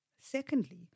Secondly